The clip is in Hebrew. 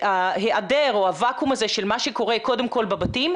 שהיעדר או הוואקום הזה של מה שקורה קודם כל בבתים,